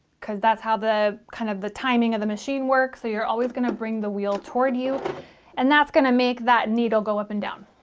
because that's how the kind of the timing of the machine works so you're always going to bring the wheel toward you and that's going to make that needle go up and down